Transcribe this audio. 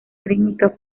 rítmica